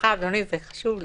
סליחה, אדוני, זה חשוב לי.